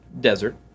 desert